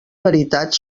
veritat